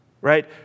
right